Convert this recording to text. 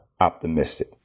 optimistic